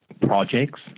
projects